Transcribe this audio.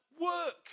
work